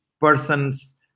persons